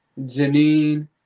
Janine